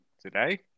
today